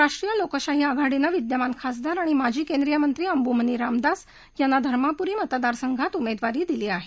राष्ट्रीय लोकशाही आघाडीनं विद्यमान खासदार आणि माजी केंद्रीय मंत्री अंबुमनी रामदास यांना धर्मापूरी मतदार संघात उमेदवारी दिली आहे